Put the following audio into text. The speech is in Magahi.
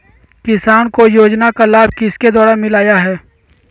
किसान को योजना का लाभ किसके द्वारा मिलाया है?